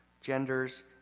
genders